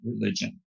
religion